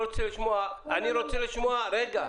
אני רוצה לשמוע רגע.